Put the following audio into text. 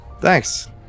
Thanks